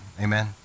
amen